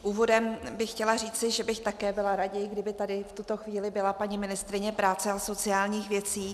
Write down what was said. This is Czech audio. Úvodem bych chtěla říci, že bych také byla raději, kdyby tady v tuto chvíli byla paní ministryně práce a sociálních věcí.